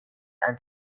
and